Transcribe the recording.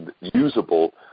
usable